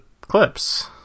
clips